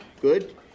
good